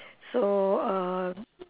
so err